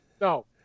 No